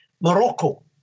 Morocco